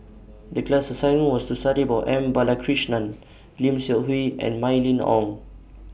The class assignment was to study about M Balakrishnan Lim Seok Hui and Mylene Ong